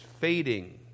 fading